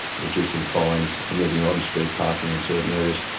reducing fines, removing on-street parking in certain areas,